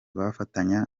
bazafatanya